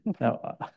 Now